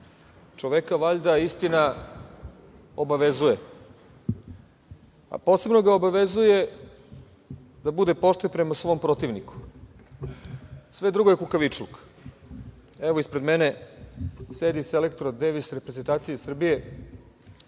čoveka valjda istina obavezuje. Posebno ga obavezuje da bude pošten prema svom protivniku. Sve drugo je kukavičluk. Ispred mene sedi selektor Dejvis reprezentacije Srbije